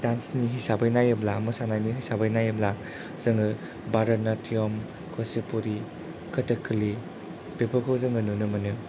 dance नि हिसाबै नायोब्ला मोसानायनि हिसाबै नायोब्ला जोङो भारतनात्यम कुचिपुरी कथकलि बेफोरखौ जोङो नुनो मोनो